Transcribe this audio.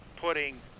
putting